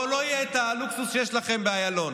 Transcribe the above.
פה לא יהיה את הלוקסוס שיש לכם באיילון.